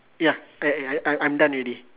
ya I I I I I'm done already